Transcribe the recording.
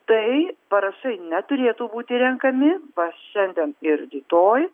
tai parašai neturėtų būti renkami va šiandien ir rytoj